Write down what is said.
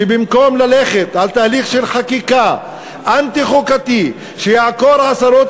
שבמקום ללכת על תהליך של חקיקה אנטי-חוקתי שיעקור עשרות